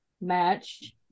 match